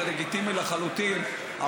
זה לגיטימי לחלוטין,